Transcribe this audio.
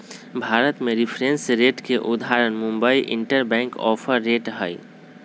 भारत में reference rate के उदाहरण मुंबई इंटरबैंक ऑफर रेट हइ